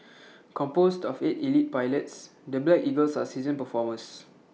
composed of eight elite pilots the black eagles are seasoned performers